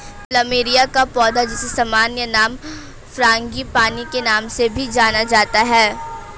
plumeria का पौधा, जिसे सामान्य नाम फ्रांगीपानी के नाम से भी जाना जाता है